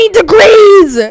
degrees